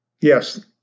Yes